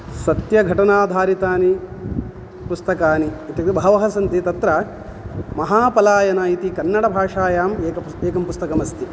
सत्यघटनाधारितानि पुस्तकानि इत्युक्ते बहवः सन्ति तत्र महापलायन इति कन्नडभाषायाम् एकं पुस्तकम् एकं पुस्तकम् अस्ति